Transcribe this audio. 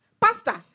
Pastor